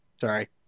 Sorry